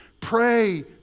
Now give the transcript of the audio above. pray